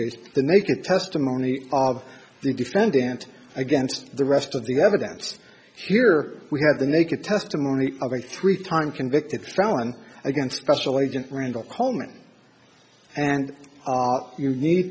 case the naked testimony of the defendant against the rest of the evidence here we have the naked testimony of a three time convicted felon against special agent randall coleman and you need